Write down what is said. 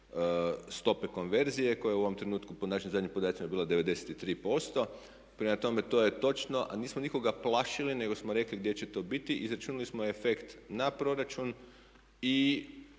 stope konverzije koja je u ovom trenutku po našim zadnjim podacima bila 93%. Prema tome to je točno. A nismo nikoga plašili nego smo rekli gdje će to biti i izračunali smo efekt na proračun i